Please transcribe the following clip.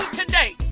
today